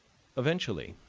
eventually,